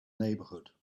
neighborhood